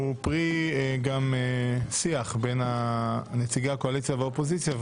הוא פרי שיח בין נציגי הקואליציה והאופוזיציה,